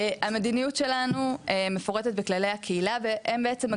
המדינות שלנו מפורטת בכללי הקהילה והם בעצם,